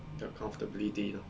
their comfortability lor